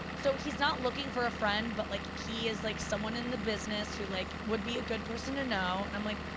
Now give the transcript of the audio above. so he's not looking for a friend, but like he is like someone in the business who like would be a good person to know, and i'm like,